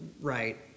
Right